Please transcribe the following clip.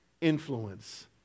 influence